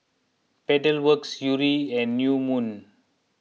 Pedal Works Yuri and New Moon